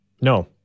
No